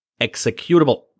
executable